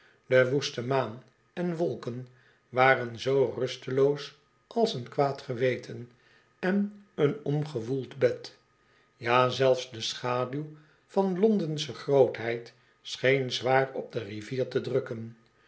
de woeste maan en wolken waren zoo rusteloos als een kwaad geweten en een omgewoeld bed ja zelfs de schaduw van l o n d e n's grootheid scheen zwaar op de rivier te drukken